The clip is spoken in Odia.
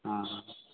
ହଁ